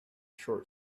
short